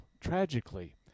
tragically